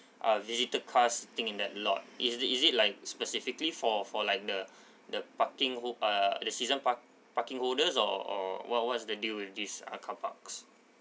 uh visitor cars taking that lot is the is it like specifically for for like the the parking hol~ uh the season park parking holders or or what what's the deal with this uh carparks